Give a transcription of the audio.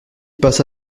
passa